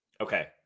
okay